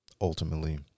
ultimately